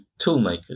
toolmakers